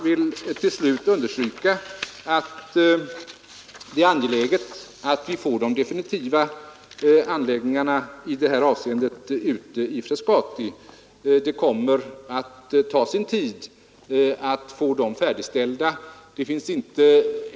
Till slut vill jag understryka det angelägna i att vi får de definitiva anläggningarna ute vid Frescati klara. Men det kommer att ta sin tid att få dem färdigställda.